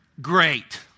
great